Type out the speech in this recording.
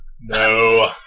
no